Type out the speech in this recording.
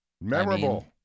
Memorable